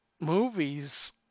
Movies